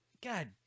God